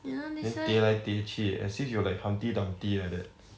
you know this one